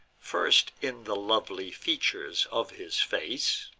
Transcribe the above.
first in the lovely features of his face,